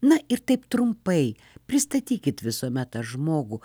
na ir taip trumpai pristatykit visuomet tą žmogų